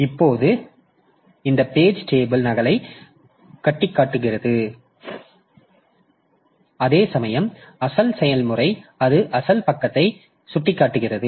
இப்போது இந்த page table நகலை சுட்டிக்காட்டுகிறது அதேசமயம் அசல் செயல்முறை அது அசல் பக்கத்தை சுட்டிக்காட்டுகிறது